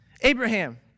Abraham